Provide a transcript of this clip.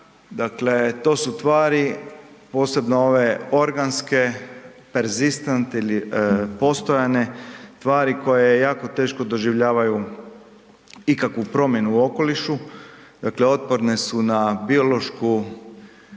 Dakle, to su tvari, posebno ove organske perzistant ili postojane tvari koje jako teško doživljavaju ikakvu promjenu u okolišu, dakle otporne su na